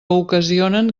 ocasionen